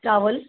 ਚਾਵਲ